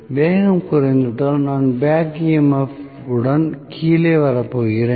வேகம் குறைந்துவிட்டால் நான் பேக் EMF உடன் கீழே வரப்போகிறேன்